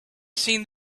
seen